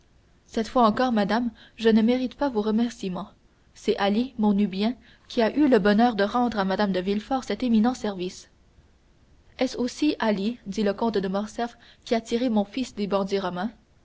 cette fois encore madame je ne mérite pas vos remerciements c'est ali mon nubien qui a eu le bonheur de rendre à mme de villefort cet éminent service et est-ce aussi ali dit le comte de morcerf qui a tiré mon fils des bandits romains